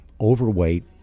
overweight